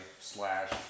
slash